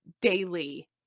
daily